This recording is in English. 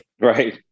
right